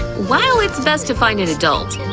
while it's best to find an adult,